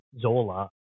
Zola